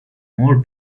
more